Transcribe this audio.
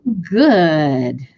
good